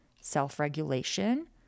self-regulation